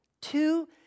Two